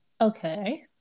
okay